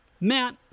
Matt